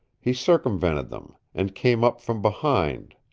he circumvented them, and came up from behind.